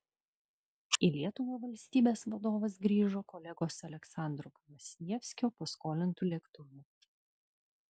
į lietuvą valstybės vadovas grįžo kolegos aleksandro kvasnievskio paskolintu lėktuvu